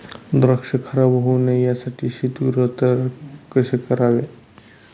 द्राक्ष खराब होऊ नये यासाठी शीतगृह तयार कसे करावे?